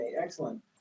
excellent